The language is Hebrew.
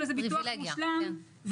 או מי שיש לו ביטוח מושלם,